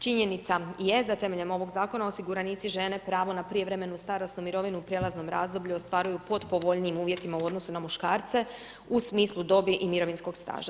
Činjenica jest da temeljem ovog zakona osiguranici žene pravo na prijevremenu starosnu mirovinu u prijelaznom razdoblju ostvaruju pod povoljnijim uvjetima u odnosu na muškarce u smislu dobi i mirovinskog staža.